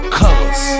colors